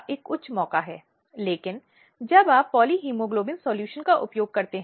और हम अक्सर अवैध गर्भपात आदि के मामलों को देखते हैं